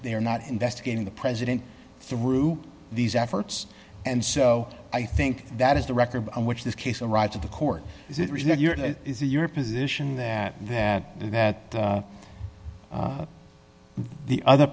they are not investigating the president through these efforts and so i think that is the record on which this case the rights of the court is it really is your position that that that the other